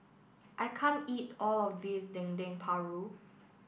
I can't eat all of this Dendeng Paru